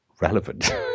relevant